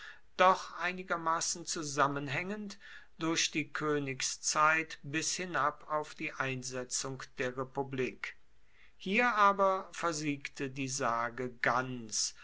doch einigermassen zusammenhaengend durch die koenigszeit bis hinab auf die einsetzung der republik hier aber versiegte die sage ganz